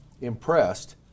impressed